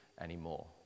anymore